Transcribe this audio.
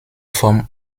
form